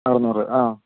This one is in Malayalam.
അറുന്നൂറ് ആ